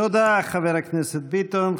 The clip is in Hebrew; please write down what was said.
תודה, חבר הכנסת ביטון.